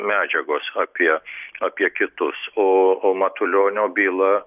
medžiagos apie apie kitus oo o matulionio byla